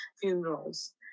funerals